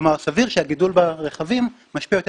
כלומר סביר שהגידול ברכבים משפיע יותר